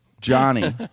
Johnny